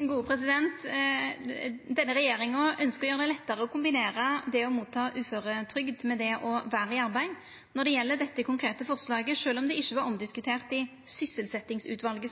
Denne regjeringa ønskjer å gjera det lettare å kombinera det å få uføretrygd med det å vera i arbeid. Når det gjeld dette konkrete forslaget, sjølv om det ikkje var omdiskutert i sysselsetjingsutvalet,